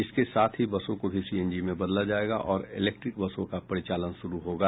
इसके साथ ही बसों को भी सीएनजी में बदला जायेगा और इलेक्ट्रिक बसों का परिचालन शुरू होगा